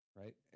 right